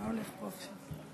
מה הולך פה עכשיו?